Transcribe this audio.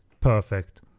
perfect